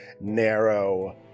narrow